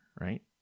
right